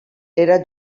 era